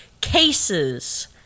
cases